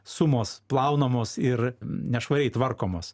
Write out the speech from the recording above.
sumos plaunamos ir nešvariai tvarkomos